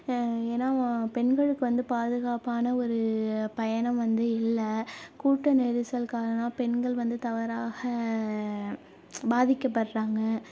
ஏனால் வ பெண்களுக்கு வந்து பாதுகாப்பான ஒரு பயணம் வந்து இல்லை கூட்ட நெரிசல் காரணமாக பெண்கள் வந்து தவறாக பாதிக்கப்படுகிறாங்க